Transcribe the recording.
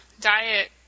diet